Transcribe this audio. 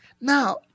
Now